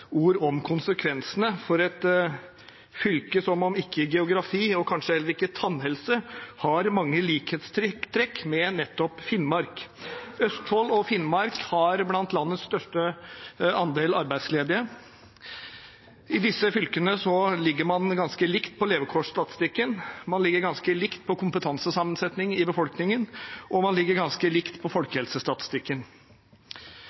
ord om konsekvensene for et fylke som – om ikke i geografi og kanskje heller ikke når det gjelder tannhelse – har mange likhetstrekk med nettopp Finnmark. Østfold og Finnmark er blant dem som har størst andel arbeidsledige i landet. I disse fylkene ligger man ganske likt på levekårsstatistikken. Man ligger ganske likt på kompetansesammensetning i befolkningen, og man ligger ganske likt på